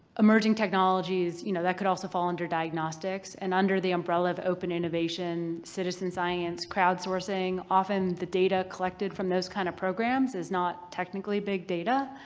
emerging technologies, you know that could also fall under diagnostics and under the umbrella of open innovation, citizen science, crowd-sourcing, often the data collected from those kind of programs is not technically big data